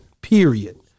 period